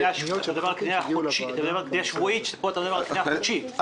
אתה מדבר על קנייה שבועית ופה מדברים על סכום קנייה חודשית.